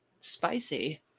Spicy